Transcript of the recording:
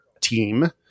team